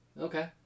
okay